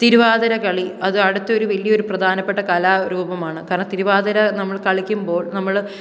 തിരുവാതിര കളി അത് അടുത്തൊരു വലിയൊരു പ്രധാനപ്പെട്ട കലാരൂപമാണ് കാരണം തിരുവാതിര നമ്മൾ കളിക്കുമ്പോൾ നമ്മള്